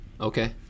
Okay